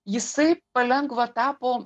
jisai palengva tapo